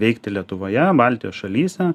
veikti lietuvoje baltijos šalyse